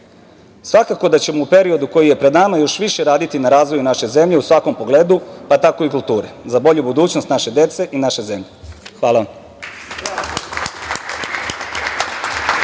značaja. Svakako da ćemo u periodu koji je pred nama još više raditi na razvoju naše zemlje u svakom pogledu, pa tako i kulture, za bolju budućnost naše dece i naše zemlje. Hvala vam.